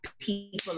people